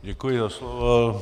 Děkuji za slovo.